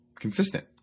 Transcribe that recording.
consistent